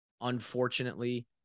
unfortunately